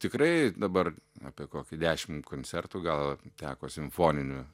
tikrai dabar apie kokį dešimt koncertų gal teko simfoninių